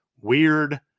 weird